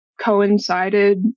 coincided